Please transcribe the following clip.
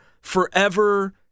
forever